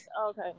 Okay